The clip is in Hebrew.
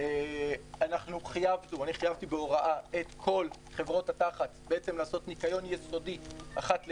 אני חייבתי בהוראה את כל חברות התח"צ לעשות ניקיון יסודי אחת ליום,